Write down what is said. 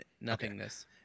nothingness